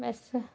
बस्स